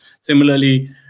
Similarly